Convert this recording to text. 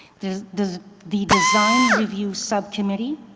there's the the design review subcommittee,